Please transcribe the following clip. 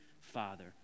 Father